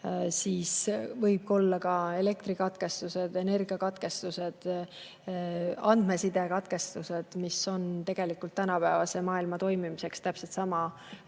võivad olla ka elektrikatkestused, muud energiakatkestused, andmeside katkestused. See on tegelikult tänapäevase maailma toimimiseks täpselt samavõrd